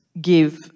give